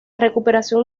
recuperación